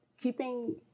Keeping